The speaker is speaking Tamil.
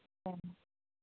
ம்